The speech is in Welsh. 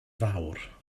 fawr